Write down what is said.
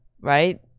right